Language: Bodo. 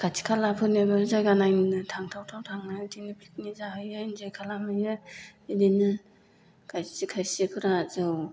खाथि खालाफोरनियाबो जायगा नायनो थांथावथाव थाङो इदिनो पिकनिक जाहैयो एन्जय खालाम हैयो इदिनो खायसे खायसेफोरा जौ